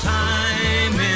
time